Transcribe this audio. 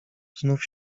znów